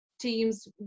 teams